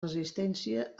resistència